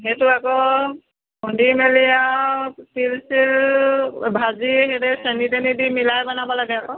সেইটো আকৌ খুন্দি মেলি আৰু তিল চিল ভাজি হেৰি চেনি তেনি দি মিলাই বনাব লাগে আকৌ